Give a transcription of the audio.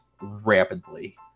rapidly